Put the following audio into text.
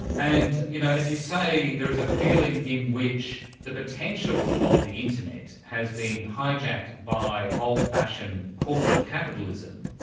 and, you know as you say, there is a feeling in which the potential of the internet has been hijacked by old-fashioned corporate capitalism,